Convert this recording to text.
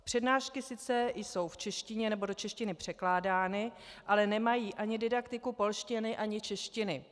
Přednášky sice jsou v češtině nebo do češtiny předkládány, ale nemají ani didaktiku polštiny, ani češtiny.